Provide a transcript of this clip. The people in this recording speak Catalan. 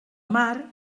mar